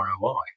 ROI